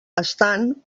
estan